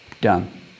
done